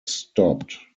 stopped